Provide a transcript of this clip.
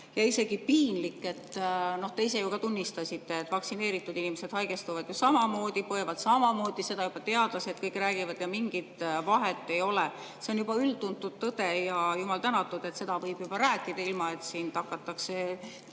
ja isegi piinlik. Te ise ju ka tunnistasite, et vaktsineeritud inimesed haigestuvad samamoodi ja põevad samamoodi. Seda juba teadlased kõik räägivad, mingit vahet ei ole. See on juba üldtuntud tõde. Jumal tänatud, et seda võib juba rääkida, ilma et sind hakatakse tühistama